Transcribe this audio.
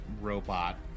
robot